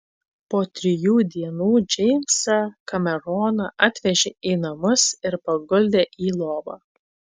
po trijų dienų džeimsą kameroną atvežė į namus ir paguldė į lovą